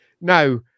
Now